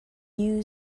new